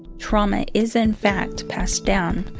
trauma is in fact, passed down.